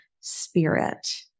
spirit